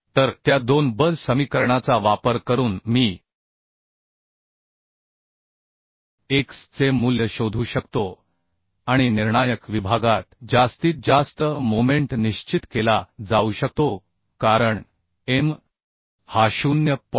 तर त्या दोन बल समीकरणाचा वापर करून मी x चे मूल्य शोधू शकतो आणि निर्णायक विभागात जास्तीत जास्त मोमेंट निश्चित केला जाऊ शकतो कारण m हा 0